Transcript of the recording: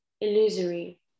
illusory